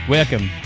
Welcome